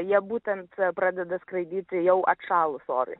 jie būtent pradeda skraidyti jau atšalus orui